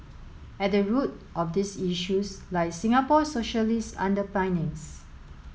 at the root of these issues lie Singapore's socialist underpinnings